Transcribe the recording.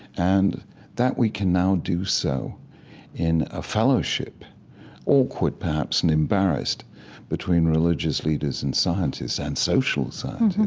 and that we can now do so in a fellowship awkward, perhaps, and embarrassed between religious leaders and scientists and social scientists